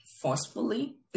forcefully